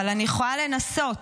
אבל אני יכולה לנסות.